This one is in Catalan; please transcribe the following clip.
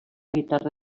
guitarra